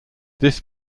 this